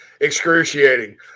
excruciating